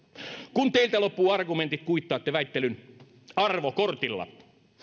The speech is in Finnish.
kun teiltä loppuvat argumentit kuittaatte väittelyn arvokortilla